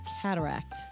cataract